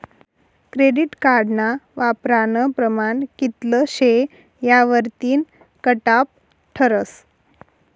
credit कार्डना वापरानं प्रमाण कित्ल शे यावरतीन कटॉप ठरस